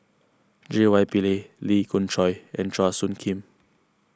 J Y Pillay Lee Khoon Choy and Chua Soo Khim